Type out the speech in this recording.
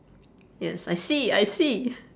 yes I see I see